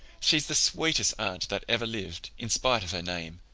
she's the sweetest aunt that ever lived, in spite of her name.